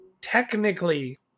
technically